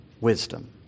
wisdom